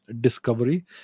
discovery